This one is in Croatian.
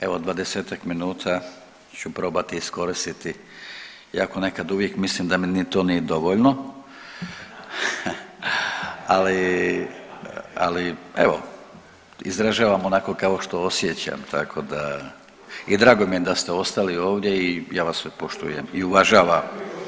Evo 20-ak minuta ću probati iskoristiti iako nekad uvijek mislim da mi ni to nije dovoljno, ali, ali evo izražavam onako kao što osjećam tako da i drago mi je da ste ostali ovdje i ja vas sve poštujem i uvažavam.